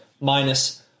minus